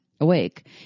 awake